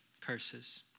curses